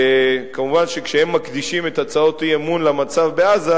שכמובן כשהם מקדישים את הצעות האי-אמון למצב בעזה,